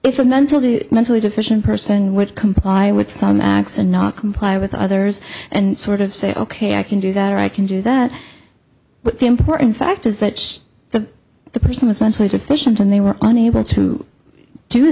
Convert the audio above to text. it's a mental to mentally deficient person would comply with some x and not comply with others and sort of say ok i can do that or i can do that but the important fact is that the person was mentally deficient and they were unable to do